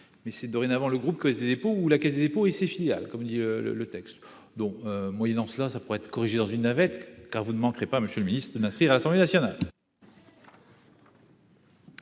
mais c'est dorénavant le groupe que des dépôts ou la Caisse des dépôts et ses filiales, comme dit le le texte donc moyennant cela, ça pourrait être corrigé dans une navette car vous ne manquerez pas monsieur le ministre de l'inscrire à l'Assemblée nationale.